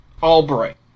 Albright